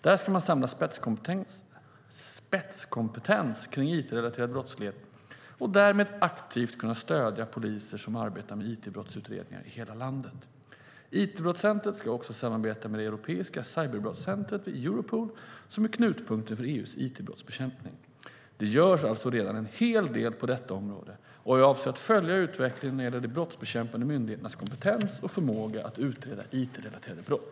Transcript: Där ska man samla spetskompetens kring it-relaterad brottslighet och därmed aktivt kunna stödja poliser som arbetar med it-brottsutredningar i hela landet. It-brottscentret ska också samarbeta med det europeiska cyberbrottscentret vid Europol, som är knutpunkten för EU:s it-brottsbekämpning. Det görs alltså redan en hel del på detta område, och jag avser att följa utvecklingen när det gäller de brottsbekämpande myndigheternas kompetens och förmåga att utreda it-relaterade brott.